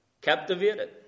captivated